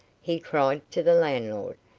he cried to the landlord,